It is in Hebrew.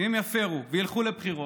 וילכו לבחירות,